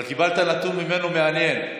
קיבלת ממנו נתון מעניין,